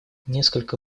несколько